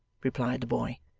replied the boy.